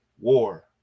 War